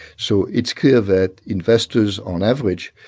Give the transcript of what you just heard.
so it's clear that investors, on average,